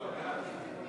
משרד התיירות,